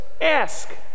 ask